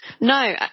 No